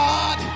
God